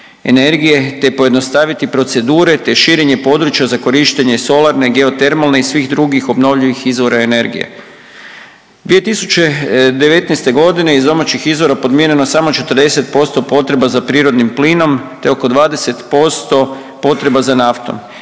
energije te pojednostaviti procedure te širenje područja za korištenje solarne, geotermalne i svih drugih obnovljivih izvora energije. 2019. g. iz domaćih izvora podmireno samo 40% potreba za prirodnim plinom te oko 20% potreba za naftom.